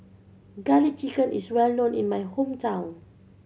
Garlic Chicken is well known in my hometown